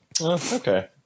Okay